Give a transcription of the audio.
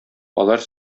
алар